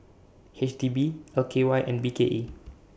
H D B L K Y and B K E